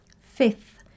Fifth